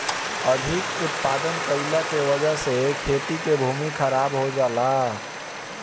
अधिक उत्पादन कइला के वजह से खेती के भूमि खराब हो जाला